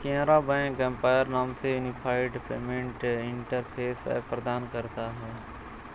Canara bank empower नाम से unified payment interface app प्रदान करता हैं